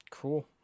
Cool